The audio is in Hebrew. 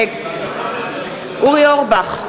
נגד אורי אורבך,